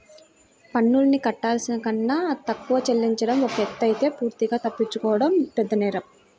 పన్నుల్ని కట్టాల్సిన కన్నా తక్కువ చెల్లించడం ఒక ఎత్తయితే పూర్తిగా తప్పించుకోవడం పెద్దనేరం